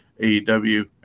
AEW